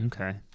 Okay